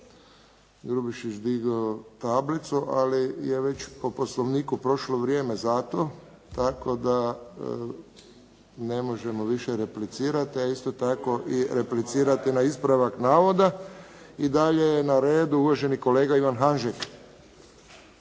Grubišić digao tablicu, ali je već po Poslovniku prošlo vrijeme za to, tako da ne možemo više replicirati, a isto tako i replicirati na ispravak navoda. I dalje je na redu uvaženi kolega Ivan Hanžek.